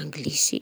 Anglisy.